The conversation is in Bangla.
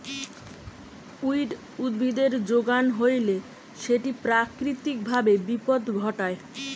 উইড উদ্ভিদের যোগান হইলে সেটি প্রাকৃতিক ভাবে বিপদ ঘটায়